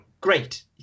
great